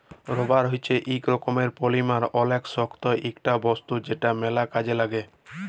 rubber হচ্যে ইক রকমের পলিমার অলেক শক্ত ইকটা বস্তু যেটা ম্যাল কাজে লাগ্যে